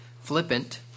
flippant